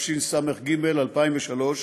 התשס"ג 2003,